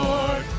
Lord